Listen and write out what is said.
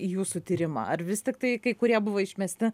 į jūsų tyrimą ar vis tiktai kai kurie buvo išmesti